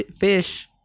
fish